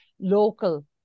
local